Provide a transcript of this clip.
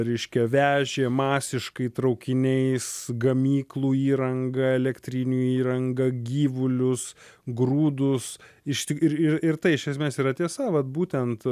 reiškia vežė masiškai traukiniais gamyklų įrangą elektrinių įrangą gyvulius grūdus iš tik ir ir ir tai iš esmės yra tiesa vat būtent